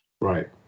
right